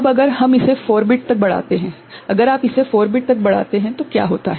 अब अगर हम इसे 4 बिट तक बढ़ाते हैं अगर आप इसे 4 बिट तक बढ़ाते हैं तो क्या होता है